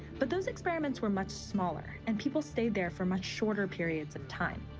but those experiments were much smaller and people stayed there for much shorter periods of time.